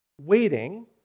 waiting